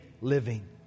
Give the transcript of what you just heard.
living